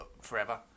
forever